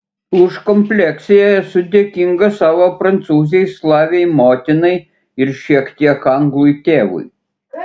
už kompleksiją esu dėkingas savo prancūzei slavei motinai ir šiek tiek anglui tėvui